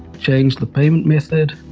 change the payment method,